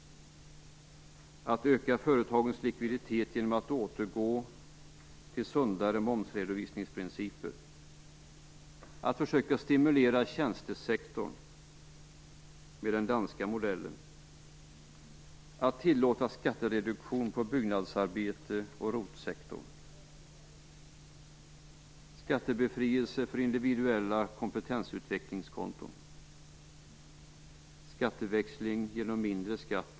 4. Öka företagens likviditet genom att återgå till tidigare momsredovisningsprinciper. 5. Försök stimulera tjänstesektorn med den danska modellen. 9.